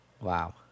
Wow